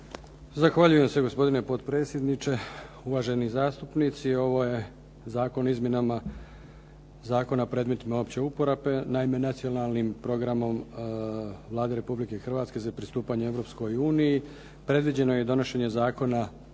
Zahvaljujem se gospodine potpredsjedniče, uvaženi zastupnici, ovo je Zakon o izmjenama zakona o predmetima opće uporabe. Naime Nacionalnim programom Vlade Republike Hrvatske za pristupanje Europskoj uniji predviđeno je i donošenje Zakona